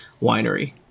winery